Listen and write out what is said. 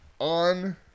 on